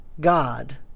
God